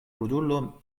krudulo